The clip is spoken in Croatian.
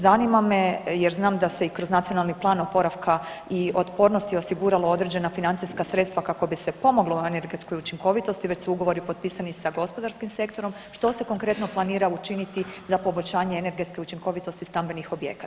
Zanima me jer znam da se i kroz Nacionalni plan oporavka i otpornosti osiguralo određena financijska sredstva kako bi se pomoglo energetskoj učinkovitosti, već su ugovori potpisani sa gospodarskim sektorom, što se konkretno planira učiniti za poboljšanje energetske učinkovitosti stambenih objekata?